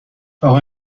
اقا